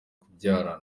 kubyarana